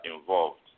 involved